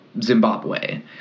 Zimbabwe